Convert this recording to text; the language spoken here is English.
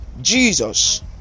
Jesus